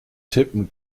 tippen